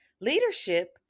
leadership